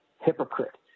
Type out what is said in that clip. hypocrite